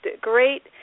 great